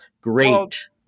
great